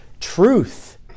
Truth